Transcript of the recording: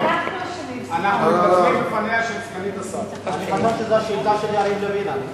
שיעור האבטלה האמיתי